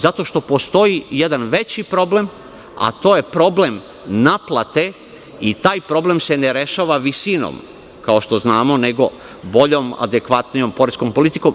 Zato što postoji jedan veći problem, a to je problem naplate i taj problem se ne rešava visinom, kao što znamo, nego boljom, adekvatnijom poreskom politikom.